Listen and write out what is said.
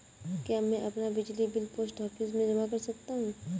क्या मैं अपना बिजली बिल पोस्ट ऑफिस में जमा कर सकता हूँ?